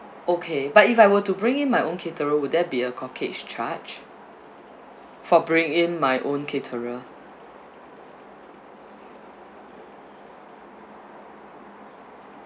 okay but if I were to bring in my own caterer will there be a corkage charge for bringing in my own caterer